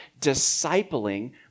discipling